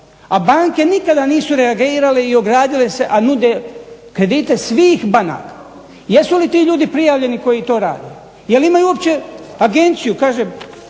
a banke nikada nisu reagirale i ogradile se, a nude kredite svih banaka. Jesu li ti ljudi prijavljeni koji to rade? Jel' imaju uopće agenciju?